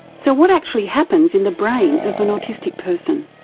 so what actually happens in the brain of an autistic person?